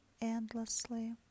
endlessly